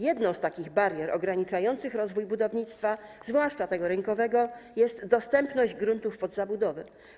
Jedną z takich barier ograniczających rozwój budownictwa, zwłaszcza rynkowego, jest dostępność gruntów pod zabudowę.